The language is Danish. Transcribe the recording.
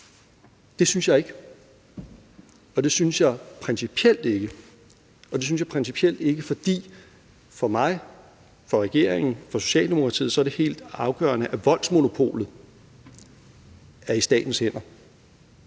Det synes jeg ikke, og det synes jeg principielt ikke, og det gør jeg ikke, fordi det for mig, for regeringen, for Socialdemokratiet er helt afgørende, at voldsmonopolet er i statens hænder.